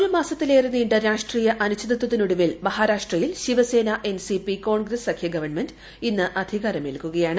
ഒരു മാസത്തിലേറെ നീണ്ട രാഷ്ട്രീയ അനിശ്ചിതത്വത്തിനൊടുവിൽ മഹാരാഷ്ട്രയിൽ ശിവസേന എൻസിപി കോൺഗ്രസ് സഖ്യ ഗവൺമെന്റ് ഇന്ന് അധികാരമേൽക്കുകയാണ്